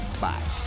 Bye